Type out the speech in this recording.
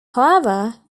however